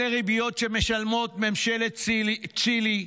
אלו ריביות שממשלות צ'ילה,